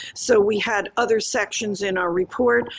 so we had other sections in our report,